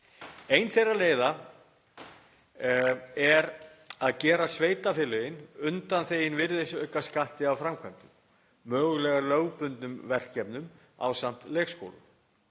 Ein þeirra leiða er að gera sveitarfélögin undanþegin virðisaukaskatti af framkvæmdum, mögulega lögbundnum verkefnum ásamt leikskólum.